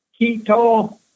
keto